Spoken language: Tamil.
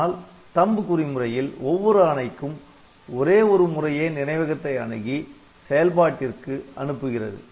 ஆனால் THUMB குறி முறையில் ஒவ்வொரு ஆணைக்கும் ஒரே ஒரு முறையே நினைவகத்தை அணுகி செயல்பாட்டிற்கு அனுப்புகிறது